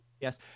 Yes